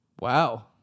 Wow